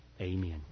Amen